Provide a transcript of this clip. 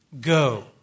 go